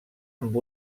amb